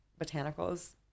botanicals